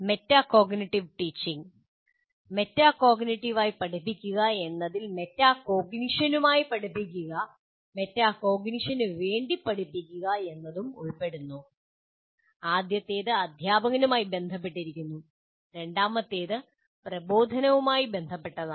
metacognitive teaching മെറ്റാകോഗ്നിറ്റീവായി പഠിപ്പിക്കുക എന്നതിൽ മെറ്റാകോഗ്നിഷനുമായി പഠിപ്പിക്കുക മെറ്റാകോഗ്നിഷനു വേണ്ടി പഠിപ്പിക്കുക എന്നതും ഉൾപ്പെടുന്നു ആദ്യത്തേത് അധ്യാപകനുമായി ബന്ധപ്പെട്ടിരിക്കുന്നു രണ്ടാമത്തേത് പ്രബോധനവുമായി ബന്ധപ്പെട്ടതാണ്